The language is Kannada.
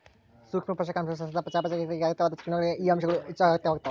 ಸೂಕ್ಷ್ಮ ಪೋಷಕಾಂಶಗಳು ಸಸ್ಯದ ಚಯಾಪಚಯ ಕ್ರಿಯೆಗೆ ಅಗತ್ಯವಾದ ಕಿಣ್ವಗಳಿಗೆ ಈ ಅಂಶಗಳು ಹೆಚ್ಚುಅಗತ್ಯವಾಗ್ತಾವ